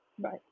Right